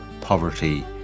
Poverty